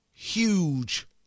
Huge